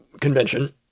convention